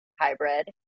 hybrid